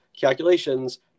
calculations